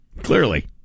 clearly